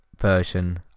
version